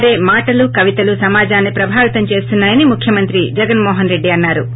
రే మాటలు కవితలు సమాజాన్ని ప్రభావితం చేస్తున్నా యని ముఖ్యమంత్రి జగన్ మోహన్ రెడ్ది అన్నా రు